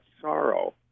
sorrow